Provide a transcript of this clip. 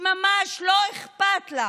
שממש לא אכפת לה